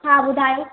हा ॿुधायो